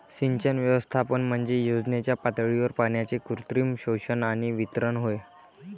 सिंचन व्यवस्थापन म्हणजे योजनेच्या पातळीवर पाण्याचे कृत्रिम शोषण आणि वितरण होय